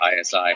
ISI